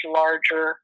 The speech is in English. larger